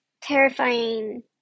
terrifying